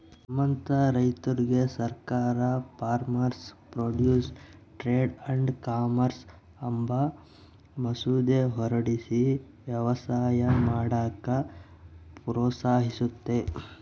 ನಮ್ಮಂತ ರೈತುರ್ಗೆ ಸರ್ಕಾರ farmers produce trade and commerce ಅಂಬ ಮಸೂದೆ ಹೊರಡಿಸಿ ವ್ಯವಸಾಯ ಮಾಡಾಕ ಪ್ರೋತ್ಸಹಿಸ್ತತೆ